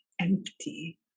empty